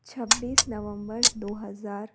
छब्बीस नवंबर दो हज़ार